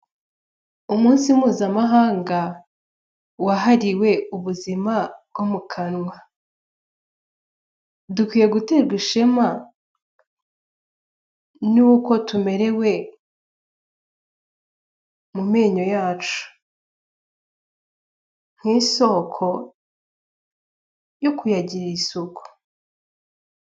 Umunsi mpuzamahanga wahariwe ubuzima bwo mu kanwa, dukwiye guterwa ishema nuko tumerewe mu menyo yacu nk'isoko yo kuyagirira isuku.